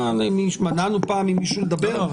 מנענו פעם ממישהו לדבר?